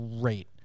great